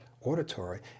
Auditory